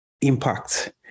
impact